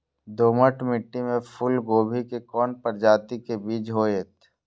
दोमट मिट्टी में फूल गोभी के कोन प्रजाति के बीज होयत?